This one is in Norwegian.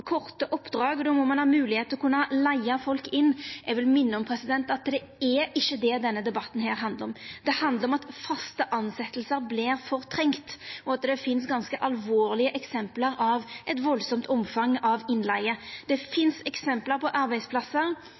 korte oppdrag, og at ein då må ha moglegheit til å kunna leiga folk inn. Eg vil minna om at det ikkje er det denne debatten handlar om. Han handlar om at faste tilsetjingar vert fortrengde, og at det finst ganske alvorlege eksempel på eit stort omfang av innleige. Det finst eksempel på arbeidsplassar